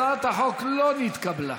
הצעת החוק לא נתקבלה.